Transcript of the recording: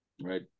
right